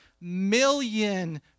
million